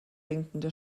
sinkende